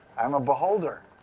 i'm a beholder.